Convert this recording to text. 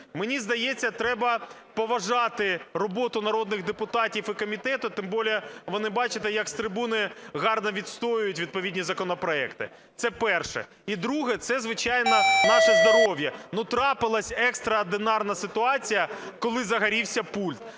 Мені здається, треба поважати роботу народних депутатів і комітету, тим більше вони, бачите, як з трибуни гарно відстоюють відповідні законопроекти. Це перше. І друге – це, звичайно, наше здоров'я. Ну, трапилася екстраординарна ситуація, коли загорівся пульт.